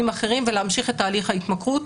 אחרים ולהמשיך את תהליך ההתמכרות.